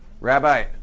Rabbi